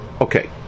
Okay